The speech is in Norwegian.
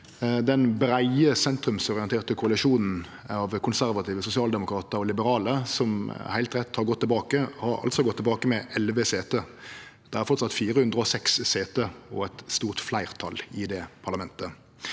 Den breie sentrumsorienterte koalisjonen av konservative sosialdemokratar og liberale som heilt rett har gått tilbake, har altså gått tilbake med elleve sete. Dei har framleis 406 sete og eit stort fleirtal i det parlamentet.